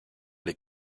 les